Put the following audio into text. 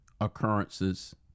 occurrences